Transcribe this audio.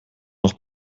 noch